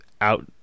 out